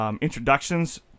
introductions